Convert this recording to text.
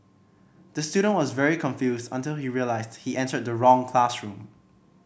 the student was very confused until he realised he entered the wrong classroom